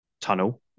tunnel